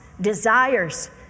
desires